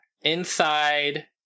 Inside